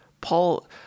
Paul